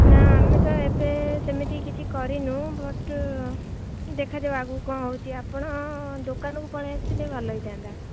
ନା ଆମେ ତ ଏବେ ସେମିତି କିଛି କରିନୁ ବଟ୍ ଦେଖାଯିବ ଆଗକୁ କ'ଣ ହେଉଛି ଆପଣ ଦୋକାନକୁ ପଳେଇ ଆସିଥିଲେ ଭଲ ହେଇଥାନ୍ତା